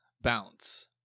bounce